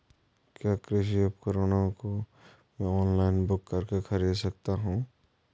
क्या कृषि उपकरणों को मैं ऑनलाइन बुक करके खरीद सकता हूँ?